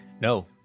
No